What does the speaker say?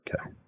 Okay